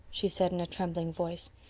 she said, in a trembling voice.